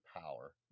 power